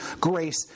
grace